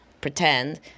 pretend